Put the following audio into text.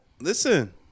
Listen